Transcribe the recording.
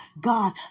God